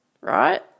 Right